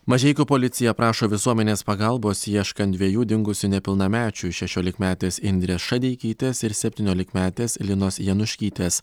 mažeikių policija prašo visuomenės pagalbos ieškan dviejų dingusių nepilnamečių šešiolikmetės indrės šadeikytės ir septyniolikmetės linos januškytės